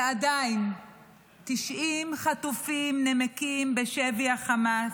ועדיין 90 חטופים נמקים בשבי חמאס.